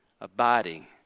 abiding